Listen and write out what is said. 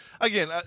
again